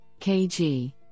KG